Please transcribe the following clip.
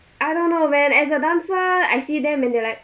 I don't know man as a dancer I see them and they like